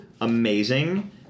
Amazing